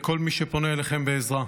לכל מי שפונה אליכם בבקשה לעזרה.